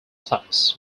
class